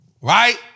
Right